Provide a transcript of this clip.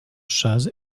chase